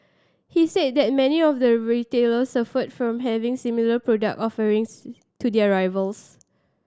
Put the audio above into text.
he said that many of the retailers suffered from having similar product offerings to their rivals